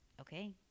Okay